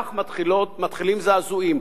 כך מתחילים זעזועים.